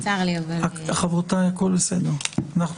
נגיע לנושא הזה.